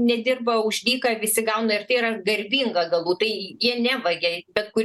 nedirba už dyką visi gauna ir tai yra garbinga galbūt tai jie nevagia bet kur